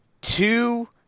two